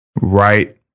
right